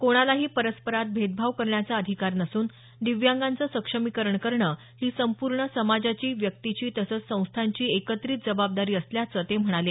कोणालाही परस्परांत भेदभाव करण्याचा अधिकार नसून दिव्यांगांचं सक्षमीकरण करणं ही संपूर्ण समाजाची व्यक्तीची तसंच संस्थांची एकत्रित जबाबदारी असल्याचं ते म्हणाले